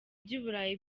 by’uburayi